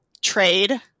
trade